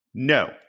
no